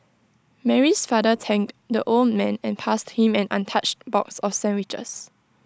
Mary's father thanked the old man and passed him an untouched box of sandwiches